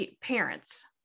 parents